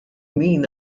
min